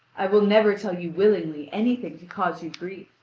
i will never tell you willingly anything to cause you grief.